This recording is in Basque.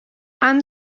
han